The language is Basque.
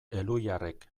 elhuyarrek